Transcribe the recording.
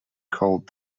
called